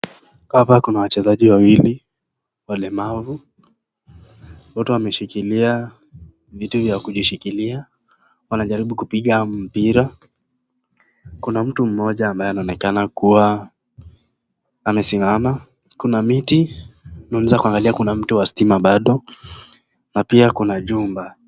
Hapa kuna wachezaji wawili walemavu wote wameshikilia vitu vya kujishikilia, wanajaribu kupiga mpira. Kuna mtu mmoja ambaye anaonekana kuwa amesimama kuna miti unaweza kuangalia kuna mti wa stima bado na pia kuna jumba.